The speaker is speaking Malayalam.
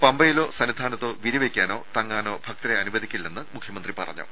പമ്പയിലോ സന്നിധാനത്തോ വിരിവെക്കാനോ തങ്ങാനോ ഭക്തരെ അനുവദിക്കില്ലെന്ന് മുഖ്യമന്ത്രി പറഞ്ഞു